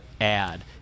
ad